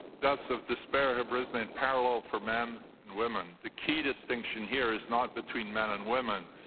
deaths of despair have risen in parallel for men and women. the key distinction here is not between men and women,